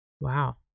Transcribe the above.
Wow